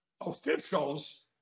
officials